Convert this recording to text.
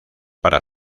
para